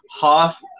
Half